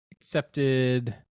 accepted